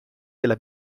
della